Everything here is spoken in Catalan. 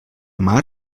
mar